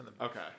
Okay